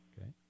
Okay